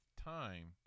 time